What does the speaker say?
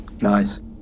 Nice